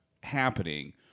happening